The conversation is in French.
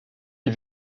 est